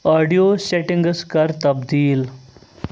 audio settings کر تبدیٖل